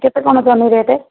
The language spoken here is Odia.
କେତେ କ'ଣ ଜହ୍ନି ରେଟ୍